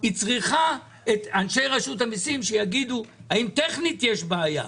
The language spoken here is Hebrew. היא צריכה את אנשי רשות המיסים שיגידו האם טכנית יש בעיה.